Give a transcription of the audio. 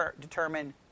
determine